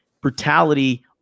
Brutality